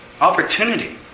opportunity